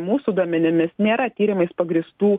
mūsų duomenimis nėra tyrimais pagrįstų